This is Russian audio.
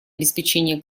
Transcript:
обеспечения